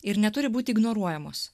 ir neturi būti ignoruojamos